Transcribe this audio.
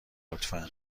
لطفا